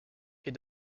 est